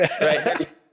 right